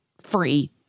free